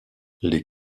les